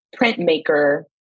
printmaker